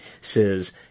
says